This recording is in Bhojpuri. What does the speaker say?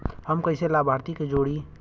हम कइसे लाभार्थी के जोड़ी?